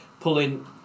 Pulling